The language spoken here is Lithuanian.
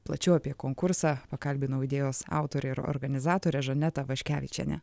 plačiau apie konkursą pakalbinau idėjos autorę ir organizatorę žanetą vaškevičienę